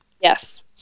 Yes